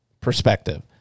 perspective